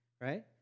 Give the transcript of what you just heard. Right